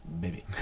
baby